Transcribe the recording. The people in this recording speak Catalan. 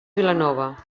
vilanova